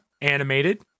animated